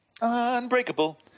Unbreakable